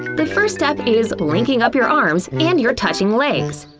the first step is linking up your arms and your touching legs.